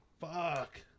Fuck